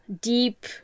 deep